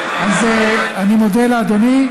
אז אני מודה לאדוני,